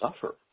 suffer